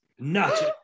Nacho